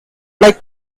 like